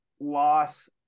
loss